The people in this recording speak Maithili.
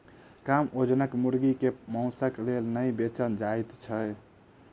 कम वजनक मुर्गी के मौंसक लेल नै बेचल जाइत छै